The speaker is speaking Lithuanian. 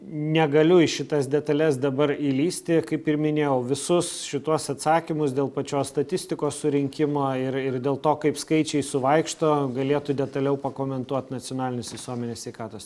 negaliu į šitas detales dabar įlįsti kaip ir minėjau visus šituos atsakymus dėl pačios statistikos surinkimo ir ir dėl to kaip skaičiai suvaikšto galėtų detaliau pakomentuot nacionalinis visuomenės sveikatos